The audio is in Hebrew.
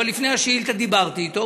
אבל לפני העלאת השאילתה דיברתי אתו.